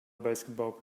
basketball